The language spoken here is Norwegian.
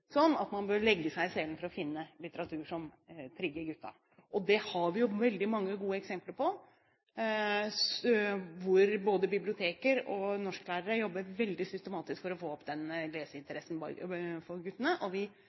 sånn at man burde legge seg i selen for å finne litteratur som trigger guttene. Vi har veldig mange gode eksempler på at både biblioteker og norsklærere jobber veldig systematisk for å få opp leseinteressen hos guttene.